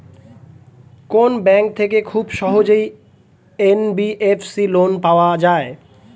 কোন ব্যাংক থেকে খুব সহজেই এন.বি.এফ.সি লোন পাওয়া যায়?